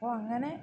അപ്പോൾ അങ്ങനെ